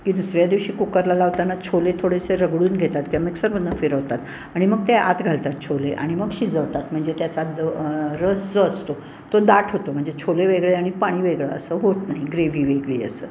की दुसऱ्या दिवशी कुकरला लावताना छोले थोडेसे रगडून घेतात किंवा मिक्सरमधनं फिरवतात आणि मग ते आत घालतात छोले आणि मग शिजवतात म्हणजे त्याचा द रस जो असतो तो दाट होतो म्हणजे छोले वेगळे आणि पाणी वेगळं असं होत नाही ग्रेव्ही वेगळी असं